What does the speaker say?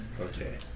Okay